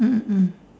mm mm mm